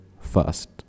first